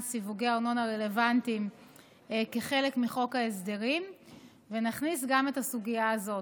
סיווגי ארנונה רלוונטיים כחלק מחוק ההסדרים ונכניס גם את הסוגיה הזאת,